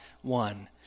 one